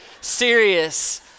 serious